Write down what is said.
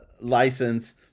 license